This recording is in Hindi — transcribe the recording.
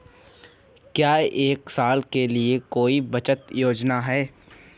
क्या एक साल के लिए कोई बचत योजना है?